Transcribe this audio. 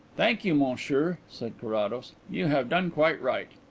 thank you, monsieur, said carrados, you have done quite right.